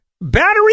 Battery